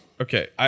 Okay